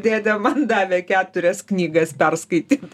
dėdė man davė keturias knygas perskaityt